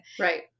Right